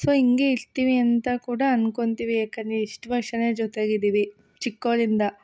so ಹಿಂಗೆ ಇರ್ತೀವಿ ಅಂತ ಕೂಡ ಅಂದ್ಕೋತೀವಿ ಯಾಕಂದ್ರೆ ಇಷ್ಟು ವರ್ಷವೇ ಜೊತೆಗಿದ್ದೀವಿ ಚಿಕ್ಕೋರಿಂದ